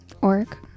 Org